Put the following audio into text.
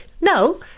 no